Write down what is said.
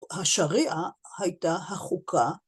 ‫השריעה הייתה החוקה.